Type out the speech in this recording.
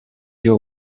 your